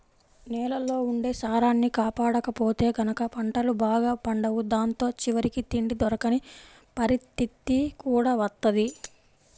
నేలల్లో ఉండే సారాన్ని కాపాడకపోతే గనక పంటలు బాగా పండవు దాంతో చివరికి తిండి దొరకని పరిత్తితి కూడా వత్తది